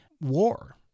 war